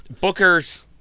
Booker's